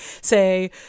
say